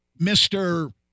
Mr